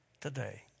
today